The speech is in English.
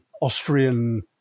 Austrian